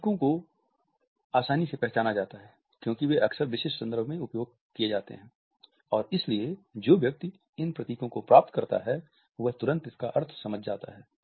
प्रतीकों को आसानी से पहचाना जाता है क्योंकि वे अक्सर विशिष्ट संदर्भ में उपयोग किए जाते हैं और इसलिए जो व्यक्ति इन प्रतीकों को प्राप्त करता है वह तुरंत इसका अर्थ समझ जाता है